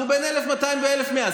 אנחנו בין 1,200 ל-1,100.